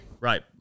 right